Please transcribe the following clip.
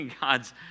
God's